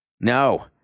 No